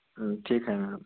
ठीक आहे मॅडम